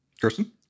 Kirsten